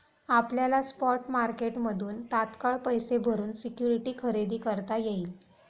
आपल्याला स्पॉट मार्केटमधून तात्काळ पैसे भरून सिक्युरिटी खरेदी करता येईल